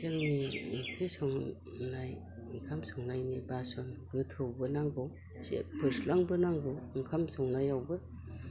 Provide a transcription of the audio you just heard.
जोंनि ओंख्रि संनाय ओंखाम संनायनि बास'न गोथौबो नांगौ फोस्लांबो नांगौ ओंखाम संनायावबो